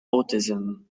autism